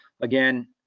Again